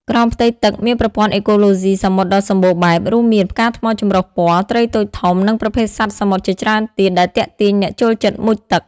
ក្រោមផ្ទៃទឹក មានប្រព័ន្ធអេកូឡូស៊ីសមុទ្រដ៏សម្បូរបែប រួមមាន ផ្កាថ្មចម្រុះពណ៌ ត្រីតូចធំ និងប្រភេទសត្វសមុទ្រជាច្រើនទៀត ដែលទាក់ទាញអ្នកចូលចិត្តមុជទឹក។